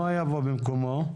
מה יבוא במקומו?